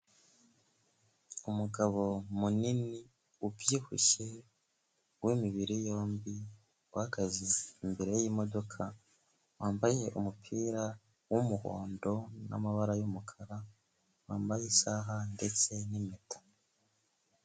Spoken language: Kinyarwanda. Umugabo munini ubyibushye w'imibiri yombi uhagaze imbere y'imodoka, wambaye umupira w'umuhondo n'amabara y'umukara, wambaye isaha ndetse n'impeta.